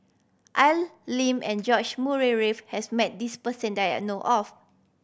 Al Lim and George Murray Reith has met this person that I know of